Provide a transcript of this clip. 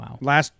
Wow